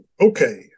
okay